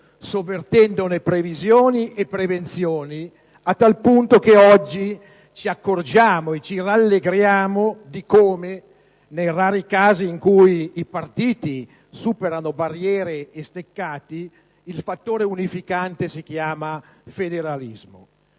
sovvertendone previsioni e prevenzioni, a tal punto che oggi ci accorgiamo e ci rallegriamo di come, nei rari casi in cui i partiti superano barriere e steccati, il fattore unificante si chiami federalismo.